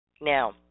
Now